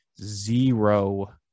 zero